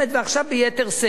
ועכשיו ביתר שאת,